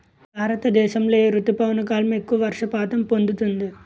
భారతదేశంలో ఏ రుతుపవన కాలం ఎక్కువ వర్షపాతం పొందుతుంది?